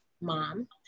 mom